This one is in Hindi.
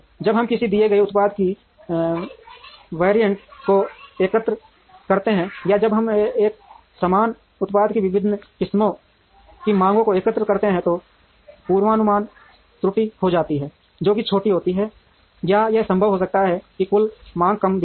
जब हम किसी दिए गए उत्पाद के वेरिएंट को एकत्र करते हैं या जब हम एक समान उत्पाद की विभिन्न किस्मों की माँगों को एकत्र करते हैं तो पूर्वानुमान त्रुटि हो सकती है जो कि छोटी होती है या यह संभव हो सकता है कि कुल मांग कम दिखे